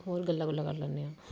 ਹੋਰ ਗੱਲਾਂ ਗੁੱਲਾਂ ਕਰ ਲੈਂਦੇ ਹਾਂ